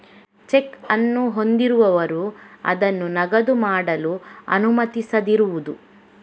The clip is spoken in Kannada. ಚೆಕ್ ಅನ್ನು ಹೊಂದಿರುವವರು ಅದನ್ನು ನಗದು ಮಾಡಲು ಅನುಮತಿಸದಿರುವುದು